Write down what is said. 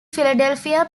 philadelphia